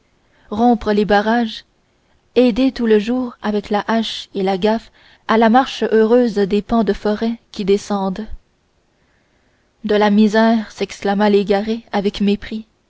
rompre les barrages aider tout le jour avec la hache et la gaffe à la marche heureuse des pans de forêt qui descendent de la misère s'exclama légaré avec mépris